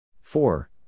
four